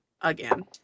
again